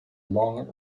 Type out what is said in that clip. long